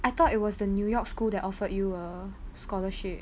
I thought it was the new york school that offered you a scholarship